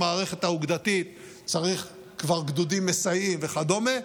במערכת האוגדתית צריך כבר גדודים מסייעים וכדומה,